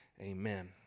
amen